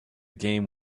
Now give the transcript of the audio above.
game